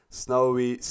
snowy